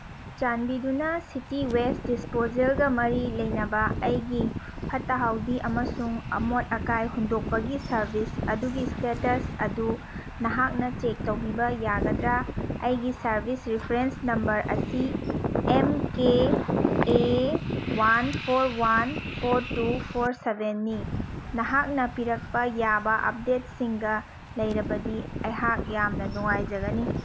ꯆꯥꯟꯕꯤꯗꯨꯅ city waste ꯗꯤꯁꯄꯣꯖꯦꯜꯒ ꯃꯔꯤ ꯂꯩꯅꯕ ꯑꯩꯒꯤ ꯐꯠꯇ ꯍꯥꯎꯗꯤ ꯑꯃꯁꯨꯡ ꯑꯃꯣꯠ ꯑꯀꯥꯏ ꯍꯨꯟꯗꯣꯛꯄꯒꯤ ꯁꯔꯚꯤꯁ ꯑꯗꯨꯒꯤ ꯏꯁꯇꯦꯇꯁ ꯑꯗꯨ ꯅꯍꯥꯛꯅ ꯆꯦꯛ ꯇꯧꯕꯤꯕ ꯌꯥꯒꯗ꯭ꯔꯥ ꯑꯩꯒꯤ ꯁꯔꯚꯤꯁ ꯔꯤꯐ꯭ꯔꯦꯟꯁ ꯅꯝꯕꯔ ꯑꯁꯤ M K A one four one four two four ꯁꯕꯦꯟꯅꯤ ꯅꯍꯥꯛꯅ ꯄꯤꯔꯛꯄ ꯌꯥꯕ ꯑꯞꯗꯦꯠꯁꯤꯡꯒ ꯂꯩꯔꯕꯗꯤ ꯑꯩꯍꯥꯛ ꯌꯥꯝꯅ ꯅꯨꯡꯉꯥꯏꯖꯒꯅꯤ